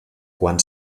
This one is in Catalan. quan